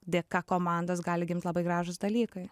dėka komandos gali gimt labai gražūs dalykai